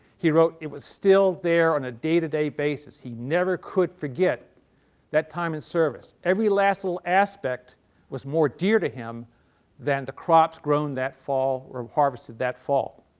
he wrote it was still there on a day to day basis. he never could forget that time in service. every last little aspect was more dear to him than the crops grown that fall or harvested that fall.